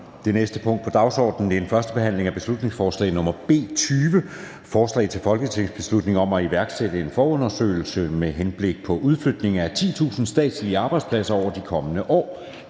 Fremme 30.11.2023). 34) 1. behandling af beslutningsforslag nr. B 20: Forslag til folketingsbeslutning om at iværksætte en forundersøgelse med henblik på udflytning af 10.000 statslige arbejdspladser over de kommende år.